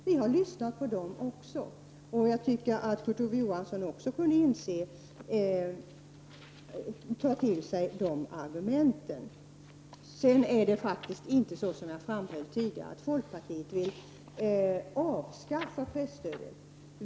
Vi har lyssnat, och jag tycker att Kurt Ove Johansson kunde också ta till sig argumenten. Det är faktiskt inte så — det har jag framhållit tidigare — att folkpartiet vill avskaffa presstödet.